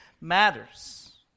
matters